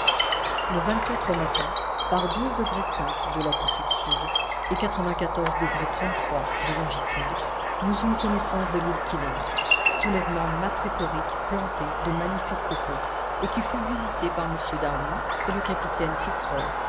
le au matin par de latitude sud et de longitude nous eûmes connaissance de l'île keeling soulèvement madréporique planté de magnifiques cocos et qui fut visitée par m darwin et le capitaine